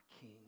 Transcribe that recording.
king